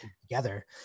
together